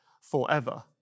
forever